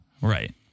Right